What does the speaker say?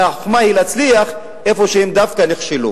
אלא החוכמה היא דווקא להצליח איפה שהם נכשלו.